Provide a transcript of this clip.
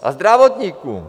A zdravotníkům.